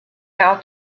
how